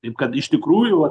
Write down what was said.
taip kad iš tikrųjų